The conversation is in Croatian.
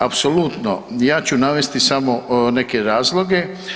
Apsolutno, ja ću navesti samo neke razloge.